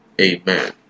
Amen